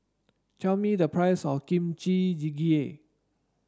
tell me the price of Kimchi Jjigae